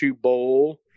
bowl